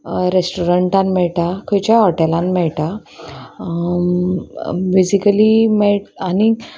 रेस्टोरंटान मेळटा खंयच्याय हॉटेलान मेळटा बेजिकली मे आनीक